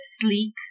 sleek